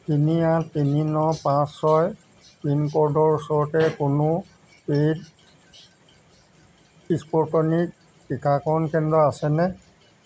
তিনি আঠ তিনি ন পাঁচ ছয় পিনক'ডৰ ওচৰতে কোনো পে'ইড ইস্পুটনিক টীকাকৰণ কেন্দ্ৰ আছেনে